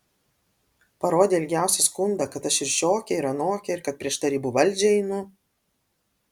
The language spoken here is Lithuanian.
parodė ilgiausią skundą kad aš ir šiokia ir anokia ir kad prieš tarybų valdžią einu